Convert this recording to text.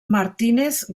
martínez